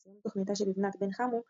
בסיום תוכניתה של לבנת בן חמו,